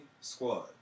squad